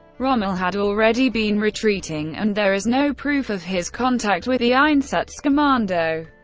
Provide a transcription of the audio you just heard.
rommel had already been retreating and there is no proof of his contact with the einsatzkommando.